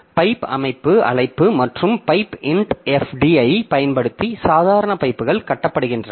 pipe அமைப்பு அழைப்பு மற்றும் பைப் int fd ஐப் பயன்படுத்தி சாதாரண பைப்புகள் கட்டப்படுகின்றன